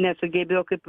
nesugebėjo kaip